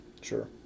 Sure